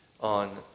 on